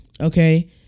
okay